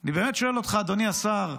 אני באמת שואל אותך, אדוני השר,